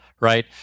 right